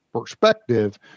perspective